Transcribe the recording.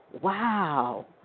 wow